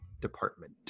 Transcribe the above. department